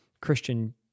Christian